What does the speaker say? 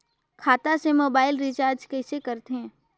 खाता से mobile recharge कइसे करथे